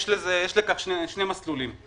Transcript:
יש לכך שני מסלולים שאני רוצה שנקדם אותם: המסלול הראשון,